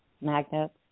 magnets